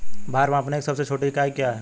भार मापने की सबसे छोटी इकाई क्या है?